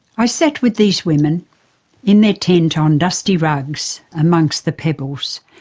i sat with these women in their tent on dusty rugs amongst the pebbles,